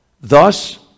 thus